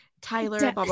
Tyler